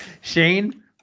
Shane